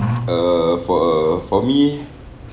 err for uh for me